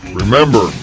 remember